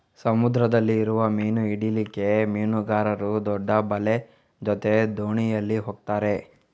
ಸಮುದ್ರದಲ್ಲಿ ಇರುವ ಮೀನು ಹಿಡೀಲಿಕ್ಕೆ ಮೀನುಗಾರರು ದೊಡ್ಡ ಬಲೆ ಜೊತೆ ದೋಣಿಯಲ್ಲಿ ಹೋಗ್ತಾರೆ